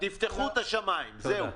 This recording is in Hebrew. תפתחו את השמים, זהו.